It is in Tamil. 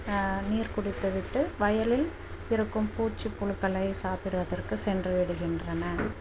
நீர்க்குடித்து விட்டு வயலில் இருக்கும் பூச்சு புழுக்களை சாப்பிடுவதற்கு சென்றுவிடுகின்றன